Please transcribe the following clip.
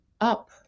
up